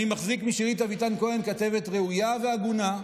אני מחזיק משירית אביטן כהן כתבת ראויה והגונה.